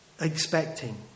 expecting